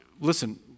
listen